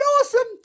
awesome